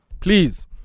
Please